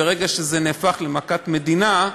ברגע שזה נהפך למכת מדינה,